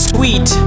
Sweet